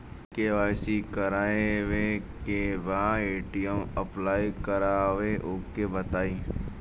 KYC करावे के बा ए.टी.एम अप्लाई करा ओके बताई?